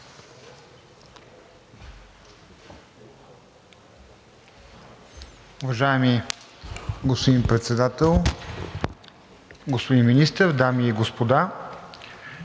Уважаеми господин Председател, господин Министър, дами и господа!